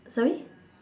sorry